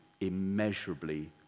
immeasurably